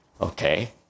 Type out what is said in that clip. Okay